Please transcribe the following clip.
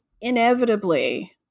inevitably